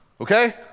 Okay